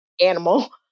animal